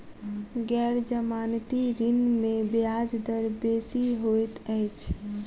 गैर जमानती ऋण में ब्याज दर बेसी होइत अछि